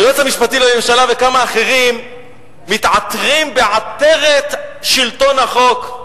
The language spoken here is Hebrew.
היועץ המשפטי לממשלה וכמה אחרים מתעטרים בעטרת שלטון החוק.